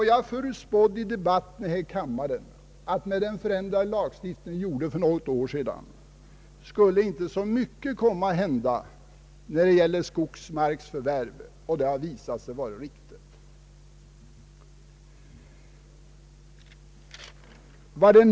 Jag förutspådde då i debatten här i kammaren att den förändring av lagstiftningen som vi fattade beslut om för något år sedan inte skulle medföra särskilt stora förändringar beträffande skogsmarksförvärv. Det antagandet har visat sig vara riktigt.